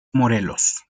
morelos